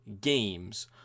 games